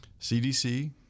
cdc